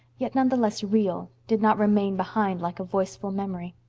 yet nonetheless real, did not remain behind like a voiceful memory.